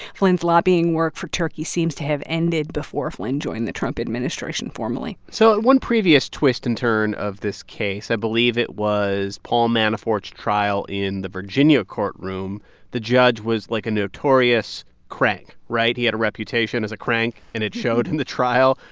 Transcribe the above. flynn's lobbying lobbying work for turkey seems to have ended before flynn joined the trump administration formally so at one previous twist and turn of this case i believe it was paul manafort's trial in the virginia courtroom the judge was, like, a notorious crank, right? he had a reputation as a crank, and it showed in the trial.